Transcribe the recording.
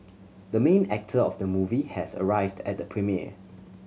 the main actor of the movie has arrived at the premiere